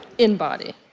in body.